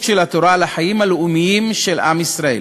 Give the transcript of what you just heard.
של התורה על החיים הלאומיים של עם ישראל,